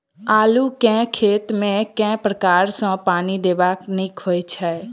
आलु केँ खेत मे केँ प्रकार सँ पानि देबाक नीक होइ छै?